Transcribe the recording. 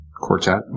quartet